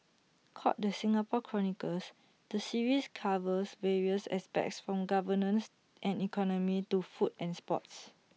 called the Singapore chronicles the series covers various aspects from governance and economy to food and sports